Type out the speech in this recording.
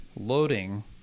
loading